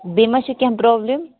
بیٚیہِ ما چھِ کینٛہہ پرابلِم